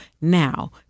now